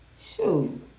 Shoot